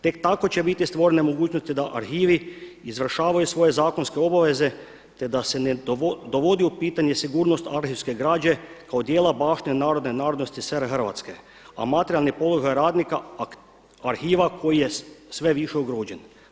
Tek tako će biti stvorene mogućnosti da arhivi izvršavaju svoje zakonske obaveze te da se ne dovodi u pitanje sigurnost arhivske građe kao dijela baštine Narodne Narodnosti RH Hrvatske a materijalni položaj radnika, arhiva koji je sve više ugrožen.